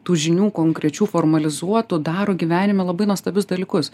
tų žinių konkrečių formalizuotų daro gyvenime labai nuostabius dalykus